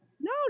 No